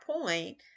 point